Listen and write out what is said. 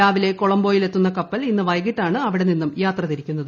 രാവിലെ കൊളംബോയിൽ എത്തുന്ന കപ്പൽ ഇന്ന് വൈകിട്ടാണ് അവിടെ നിന്നും യാത്രതിരിക്കുന്നത്